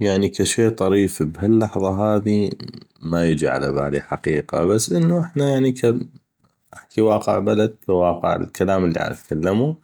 يعني ك شي طريف بهاللحظه هاذي ما يجي على بالي حقيقة احكي ك واقع بلد كواقع الكلام اللي علتكلمو